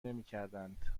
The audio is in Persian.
نمیکردند